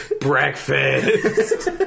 breakfast